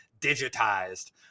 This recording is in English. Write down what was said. digitized